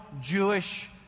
Jewish